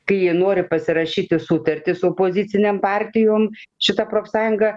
kai ji nori pasirašyti sutartis su opozicinėm partijom šita profsąjunga